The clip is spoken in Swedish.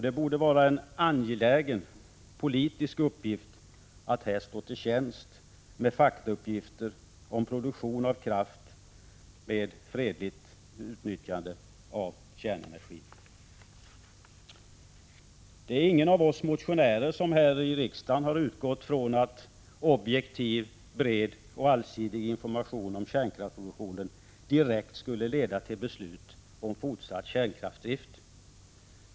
Det borde vara en angelägen politisk uppgift att här stå till tjänst med faktauppgifter om produktion av kraft med fredligt utnyttjande av kärnenergin. Det är ingen av oss motionärer som här i riksdagen har utgått från att objektiv, bred och allsidig information om kärnkraftsproduktionen direkt skulle leda till beslut om fortsatt kärnkraftsdrift.